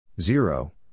Zero